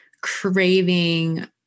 craving